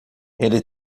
ele